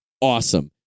awesome